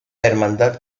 hermandad